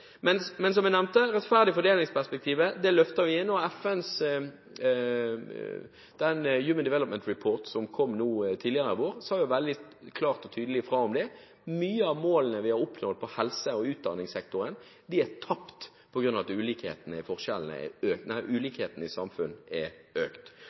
Men som jeg nevnte, vi løfter rettferdig fordelingsperspektivet, og FNs Human Development Report, som kom nå tidligere i vår, sa veldig klart og tydelig fra om det. Mange av målene vi har oppnådd i helse- og utdanningssektoren, er tapt på grunn av at ulikhetene i et samfunn har økt.